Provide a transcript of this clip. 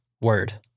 word